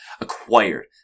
acquired